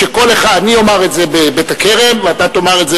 אני אומר את זה בבית-הכרם ואתה תאמר את זה